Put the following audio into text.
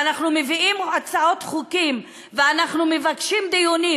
ואנחנו מביאים הצעות חוק ואנחנו מבקשים דיונים,